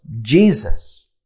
Jesus